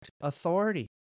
authority